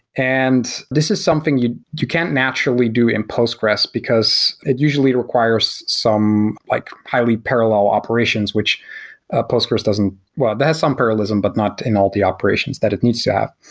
and this is something you you can't naturally do in postgres because it usually requires some like highly parallel operations, which ah postgres doesn't well, that has some parallelism, but not in all the operations that it needs to have.